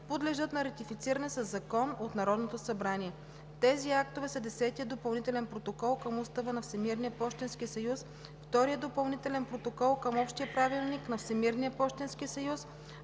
подлежат на ратифициране със закон от Народното събрание. Тези актове са Десетият допълнителен протокол към Устава на Всемирния пощенски съюз, Вторият допълнителен протокол към Общия правилник на Всемирния пощенски съюз,